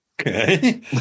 okay